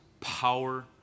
power